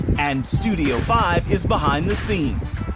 and studio five is behind the scenes.